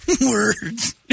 Words